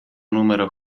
numero